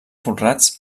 folrats